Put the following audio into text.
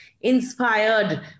inspired